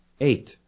Eight